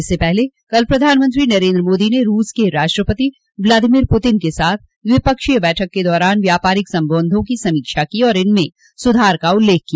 इससे पहले कल प्रधानमंत्री नरेन्द्र मोदी ने रूस के राष्ट्रपति व्लादिमीर पुतिन के साथ द्विपक्षीय बैठक के दौरान व्यापारिक संबंधों की समीक्षा की और इनमें संधार का उल्लेख किया